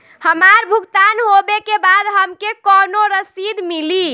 हमार भुगतान होबे के बाद हमके कौनो रसीद मिली?